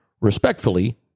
Respectfully